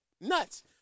nuts